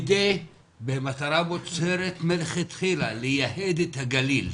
במטרה מוצהרת מלכתחילה לייהד את הגליל.